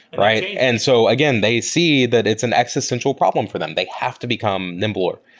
right? and so again they see that it's an existential problem for them. they have to become nimbler.